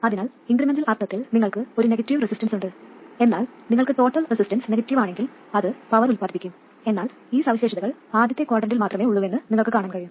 അതിനാൽ ഇൻക്രിമെന്റൽ അർത്ഥത്തിൽ നിങ്ങൾക്ക് ഒരു നെഗറ്റീവ് റെസിസ്റ്റൻസ് ഉണ്ട് എന്നാൽ നിങ്ങൾക്ക് ടോട്ടൽ റെസിസ്റ്റൻസ് നെഗറ്റീവ് ആണെങ്കിൽ അത് പവർ ഉൽപാദിപ്പിക്കും എന്നാൽ ഈ സവിശേഷതകൾ ആദ്യത്തെ ക്വാഡ്രന്റിൽ മാത്രമേ ഉള്ളുവെന്ന് നിങ്ങൾക്ക് കാണാൻ കഴിയും